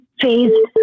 phase